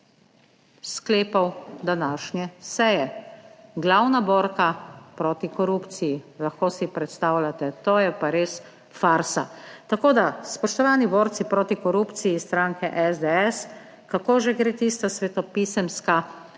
sklepov današnje seje. Glavna borka proti korupciji. Lahko si predstavljate, to je pa res farsa. Tako da, spoštovani borci proti korupciji stranke SDS, kako že gre tista svetopisemska?